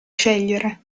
scegliere